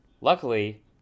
luckily